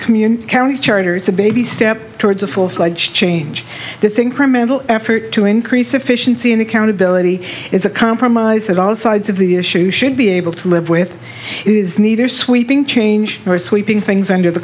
community county charter it's a baby step towards a full fledged change this incremental effort to increase efficiency and accountability is a compromise that all sides of the issue should be able to live with is neither sweeping change or sweeping things under the